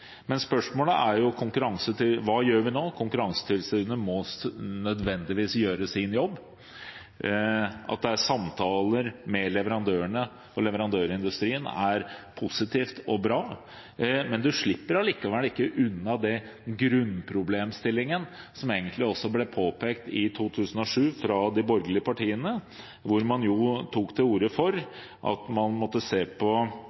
Spørsmålet er hva vi gjør nå. Konkurransetilsynet må nødvendigvis gjøre sin jobb. At det er samtaler med leverandørene og leverandørindustrien, er positivt og bra, men vi slipper allikevel ikke unna den grunnproblemstillingen som også ble påpekt i 2007 fra de borgerlige partiene da man tok til orde for at man måtte se på